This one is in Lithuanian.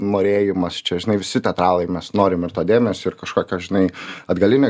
norėjimas čia žinai visi teatralai mes norim ir to dėmesio ir kažkokio žinai atgalinio